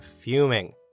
fuming